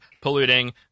polluting